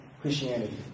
Christianity